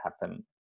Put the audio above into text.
happen